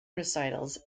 recitals